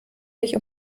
mich